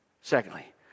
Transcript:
Secondly